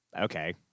Okay